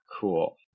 cool